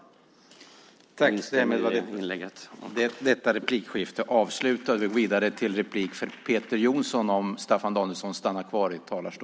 : Jag instämmer i det inlägget.)